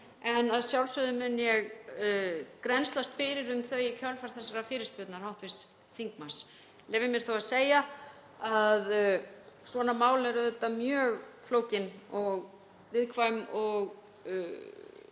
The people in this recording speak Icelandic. En að sjálfsögðu mun ég grennslast fyrir um þau í kjölfar þessarar fyrirspurnar hv. þingmanns. Ég leyfi mér þó að segja að svona mál eru auðvitað mjög flókin og viðkvæm.